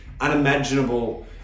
unimaginable